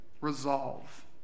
resolve